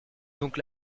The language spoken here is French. donc